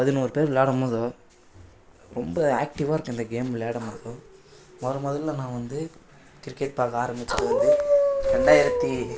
பதினோரு பேர் விளையாடும் போது ரொம்ப ஆக்டிவ்வாக இருக்கும் இந்த கேம் விளையாடும் போதோ முத முதல்ல நான் வந்து கிரிக்கெட் பார்க்க ஆரமிச்சது வந்து ரெண்டாயிரத்து